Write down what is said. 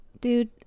dude